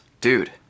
Dude